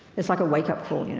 it's like a wake up call. you know